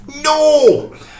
No